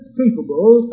capable